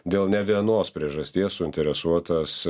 dėl ne vienos priežasties suinteresuotas